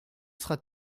sera